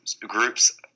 groups